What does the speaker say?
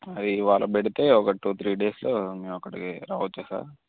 అదే ఇవాళ పెడితే ఒక టూ త్రీ డేస్ మేము అక్కడికి రావచ్చా సార్